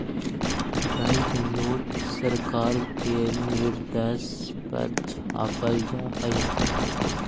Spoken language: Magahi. बैंक नोट सरकार के निर्देश पर छापल जा हई